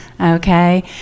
okay